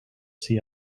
see